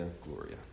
Gloria